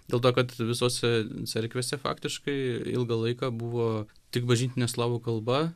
dėl to kad visose cerkvėse faktiškai ilgą laiką buvo tik bažnytinė slavų kalba